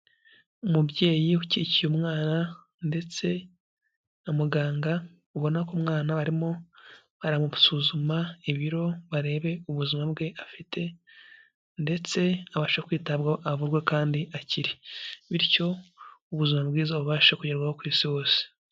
Umubyeyi ukikiye umwana ndetse na muganga ubona ko umwana barimo baramusuzuma ibiro barebe ubuzima bwe afite ndetse abashe kwitabwaho avurwe kandi akire, bityo ubuzima bwiza bubashe kugerwaho ku isi hose.